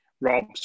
Rob